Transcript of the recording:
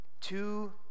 Two